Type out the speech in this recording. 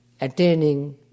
attaining